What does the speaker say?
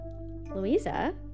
Louisa